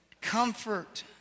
Comfort